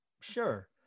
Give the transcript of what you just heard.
Sure